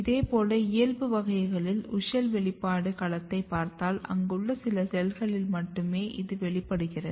இதேபோல் இயல்பு வகைகளில் WUSCHEL வெளிப்பாடு களத்தைப் பார்த்தால் அங்குள்ள சில செல்களில் மட்டும் இது வெளிப்படுகிறது